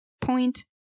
point